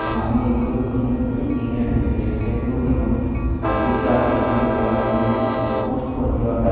এবং আমি এইগুলোকে প্রতিনিয়তই নিজের যে ফেসবুক এবং ট্যুইটর ইনস্টাগ্রাম এগুলোতে আমি পোস্ট করে দিই অর্থাৎ